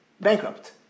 bankrupt